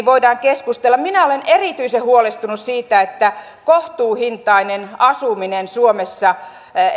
voidaan keskustella minä olen erityisen huolestunut siitä että kohtuuhintainen asuminen suomessa